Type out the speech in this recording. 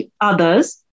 others